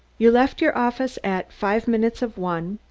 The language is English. you left your office at five minutes of one,